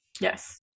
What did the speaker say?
Yes